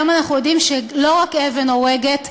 היום אנחנו יודעים שלא רק אבן הורגת,